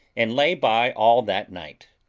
and lay by all that night.